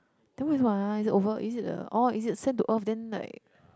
then what is it over is it a orh is it uh send to earth then like